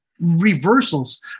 reversals